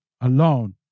alone